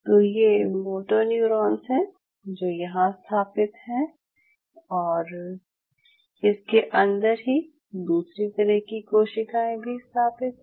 तो ये मोटोन्यूरोन्स हैं जो यहाँ स्थापित हैं और इसके अंदर ही दूसरी तरह की कोशिकाएं भी स्थापित हैं